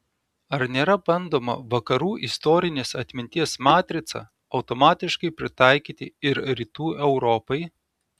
ar nėra bandoma vakarų istorinės atminties matricą automatiškai pritaikyti ir rytų europai